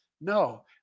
No